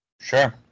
Sure